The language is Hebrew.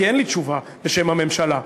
כי אין לי תשובה בשם הממשלה.